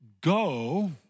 go